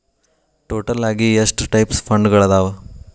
total ಆಗಿ ಎಷ್ಟ types ಫಂಡ್ಗಳದಾವ